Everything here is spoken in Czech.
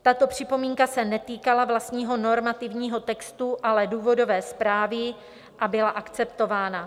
Tato připomínka se netýkala vlastního normativního textu, ale důvodové zprávy, a byla akceptována.